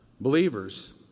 believers